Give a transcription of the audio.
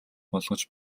болгож